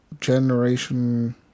generation